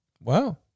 Wow